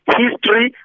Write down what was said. history